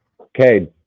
Okay